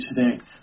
today